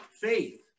faith